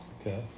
Okay